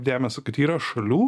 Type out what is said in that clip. dėmesį kad yra šalių